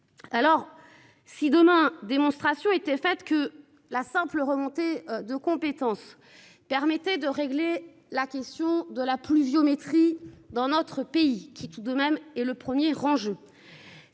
survie. Si demain la démonstration était faite que la simple remontée de compétences permettait de régler la question de la pluviométrie dans notre pays, ce qui est tout de même le premier enjeu,